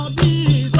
ah p